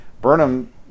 Burnham